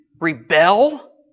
rebel